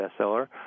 bestseller